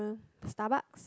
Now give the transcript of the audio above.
Starbucks